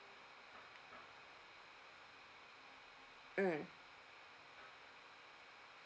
mm